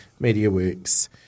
MediaWorks